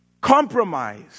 Compromise